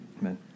Amen